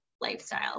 lifestyle